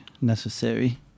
necessary